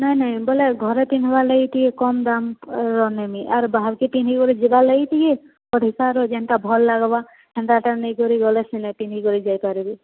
ନାଇଁ ନାଇଁ ବୋଇଲେ ଘରେ ପିନ୍ଧିବାର୍ ଲାଗି ଟିକେ କମ୍ ଦାମ୍ର ନେମି ଆର୍ ବାହାର୍କେ ପିନ୍ଧିକରି ଯିବାର୍ ଲାଗି ଟିକେ ଅଧିକା'ର୍ ଯେନ୍ତା ଭଲ୍ ଲାଗ୍ବା ସେନ୍ତାଟା ନେଇକରି ଗଲେ ସିନା ପିନ୍ଧିକରି ଯାଇ ପାରିବି